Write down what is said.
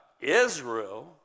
Israel